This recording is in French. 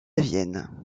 vienne